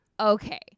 okay